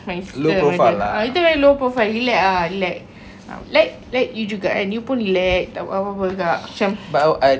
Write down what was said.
my sister and my brother ha kita memang low profile relax ah relax like like you juga kan you pun relax tak buat apa-apa juga macam